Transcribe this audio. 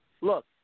Look